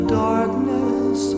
darkness